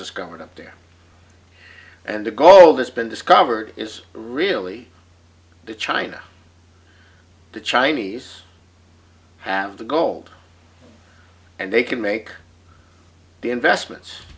discovered up there and the gold has been discovered is really to china the chinese have the gold and they can make the investments